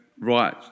right